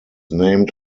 named